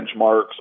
benchmarks